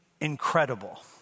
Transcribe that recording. incredible